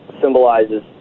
symbolizes